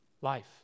life